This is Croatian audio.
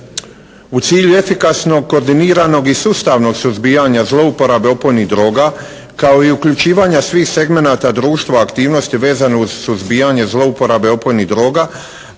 U cilju efikasno koordiniranog i sustavnog suzbijanja zlouporabe opojnih droga kao i uključivanja svih segmenata društva aktivnosti vezano uz suzbijanje zlouporabe opojnih droga